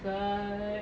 oh my god